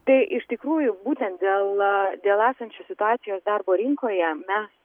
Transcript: tai iš tikrųjų būtent dėl dėl esančios situacijos darbo rinkoje mes